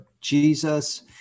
Jesus